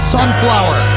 Sunflower